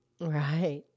Right